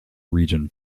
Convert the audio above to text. region